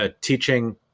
teaching